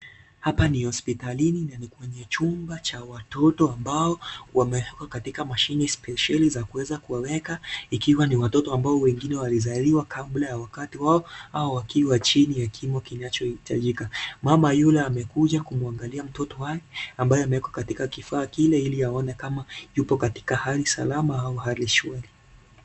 Hapa ni hospitalini na ni kwenye chumba ambao kina watoto wamewekwa kwenye mashini spesheli, za kuweza kuwaeka ikiwa ni watoto ambao wengine walizaliwa kabla ya wakati wao, au wakiwa chini ya kimo kinachohitajika, mama yule amekuja kumwangalia mtoto wake ambaye ameekwa kwenye kifaa kile ili aone kama yupo katika hali salama au hali shwali.